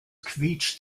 quietscht